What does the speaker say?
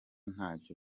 ntacyo